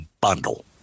bundle